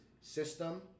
System